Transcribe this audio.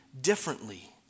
differently